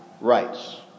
rights